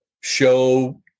show